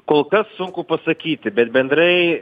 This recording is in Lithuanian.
kol kas sunku pasakyti bet bendrai